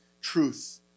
truth